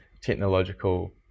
technological